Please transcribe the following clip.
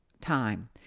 time